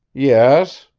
yes,